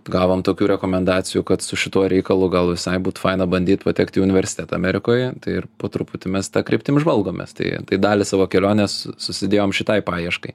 gavom tokių rekomendacijų kad su šituo reikalu gal visai būtų faina bandyti patekt į universitetą amerikoje ir po truputį mes ta kryptim žvalgomės tai dalį savo kelionės susidėjom šitai paieškai